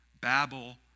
Babel